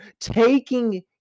taking